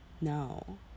No